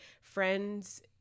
friends